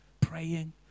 praying